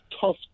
tough